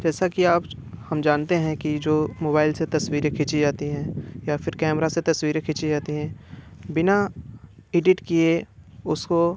जैसा कि आप हम जानते हैं कि जो मोबाइल से तस्वीरें खीची जाती हैं या फिर कैमरा से तस्वीरें खीची जाती हैं बिना इडिट किए उसको